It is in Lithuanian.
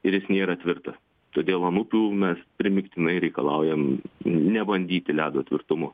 ir jis nėra tvirtas todėl ant upių mes primygtinai reikalaujam nebandyti ledo tvirtumo